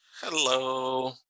Hello